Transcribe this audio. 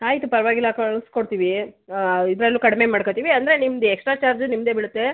ಆಯಿತು ಪರವಾಗಿಲ್ಲ ಕಳಿಸ್ಕೊಡ್ತೀವಿ ಇದ್ರಲ್ಲೂ ಕಡಿಮೆ ಮಾಡ್ಕೊತೀವಿ ಅಂದರೆ ನಿಮ್ದು ಎಕ್ಸ್ಟ್ರಾ ಚಾರ್ಜ್ ನಿಮ್ಮದೇ ಬೀಳುತ್ತೆ